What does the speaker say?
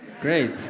Great